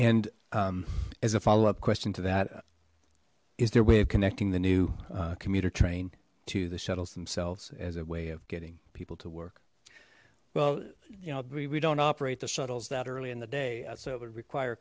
and as a follow up question to that is their way of connecting the new commuter train to the shuttles themselves as a way of getting people to work well you know we don't operate the shuttles that early in the day so it would require